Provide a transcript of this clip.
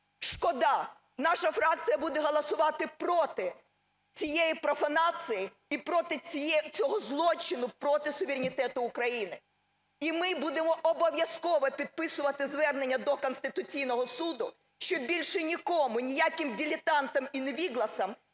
Шкода. Наша фракція буде голосувати проти цієї профанації і проти цього злочину проти суверенітету України. І ми будемо обов'язково підписувати звернення до Конституційного Суду, щоб більше нікому, ніяким дилетантам і невігласам